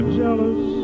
jealous